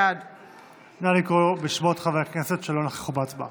בעד נא לקרוא בשמות חברי הכנסת שלא נכחו בהצבעה.